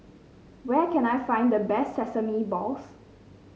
where can I find the best Sesame Balls